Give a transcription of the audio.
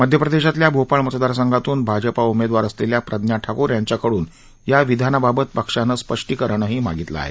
मध्यप्रदेशातल्या भोपाळ मतदारसंघातून भाजपा उमेदवार असलेल्या प्रज्ञा ठाकूर यांच्याकडून या विधानाबाबत पक्षानं स्पष्टीकरणही मागीतलं आहे